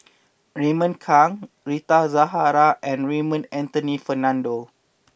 Raymond Kang Rita Zahara and Raymond Anthony Fernando